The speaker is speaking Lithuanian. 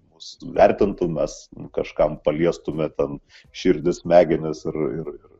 mus vertintų mes kažkam paliestume ten širdį smegenis ir ir